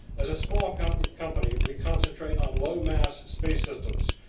as a small kind of ah company, we concentrate on low-mass space systems.